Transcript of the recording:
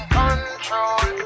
control